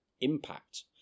impact